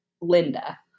linda